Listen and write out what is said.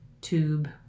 tube